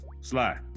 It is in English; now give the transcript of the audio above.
Sly